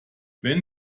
wenn